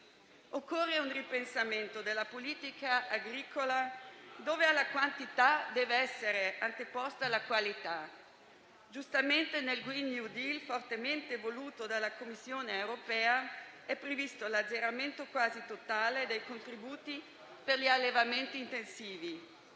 Occorre un ripensamento della politica agricola, tale per cui alla quantità sia anteposta la qualità. Giustamente nel green new deal, fortemente voluto dalla Commissione europea, è previsto l'azzeramento quasi totale dei contributi per gli allevamenti intensivi,